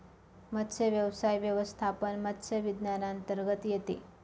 मत्स्यव्यवसाय व्यवस्थापन मत्स्य विज्ञानांतर्गत येते